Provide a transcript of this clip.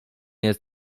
jest